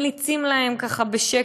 אני לא אגיד שמות, ממליצים להם בשקט: